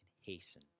hasten